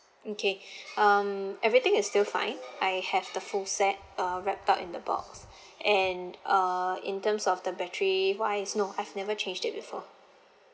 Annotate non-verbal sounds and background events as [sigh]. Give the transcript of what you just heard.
okay [breath] um everything is still fine I have the full set uh wrap up in the box and uh in terms of the battery wise no I've never changed it before